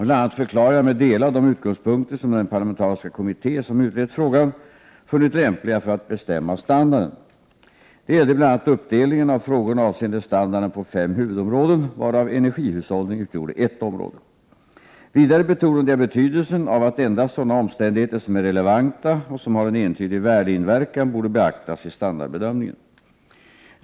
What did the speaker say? Bl.a. förklarade jag mig dela de utgångspunkter som den parlamentariska kommitté som utrett frågan, funnit lämpliga för att bestämma standarden. Detta gällde bl.a. uppdelningen av frågorna avseende standarden på fem huvudområden, varav energihushållning utgjorde ett område. Vidare betonade jag betydelsen av att endast sådana omständigheter som är relevanta och som har en entydig värdeinverkan borde beaktas vid standardbedömningen.